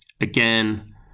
again